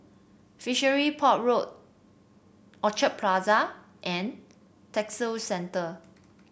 Fishery Port Road Orchard Plaza and Textile Centre